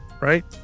Right